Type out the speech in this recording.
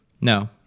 No